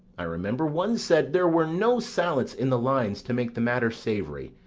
i remember, one said there were no sallets in the lines to make the matter savoury,